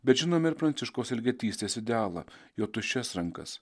bet žinom ir pranciškaus elgetystės idealą jo tuščias rankas